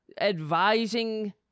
advising